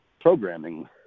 programming